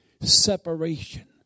separation